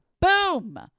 boom